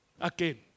Again